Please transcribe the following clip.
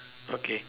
okay